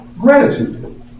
Gratitude